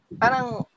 parang